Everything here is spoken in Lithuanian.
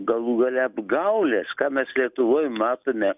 galų gale apgaulės ką mes lietuvoj matome